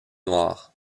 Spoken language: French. noirs